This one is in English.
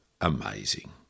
amazing